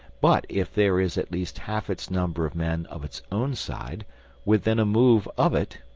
but if there is at least half its number of men of its own side within a move of it,